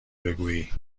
بگویی